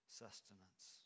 sustenance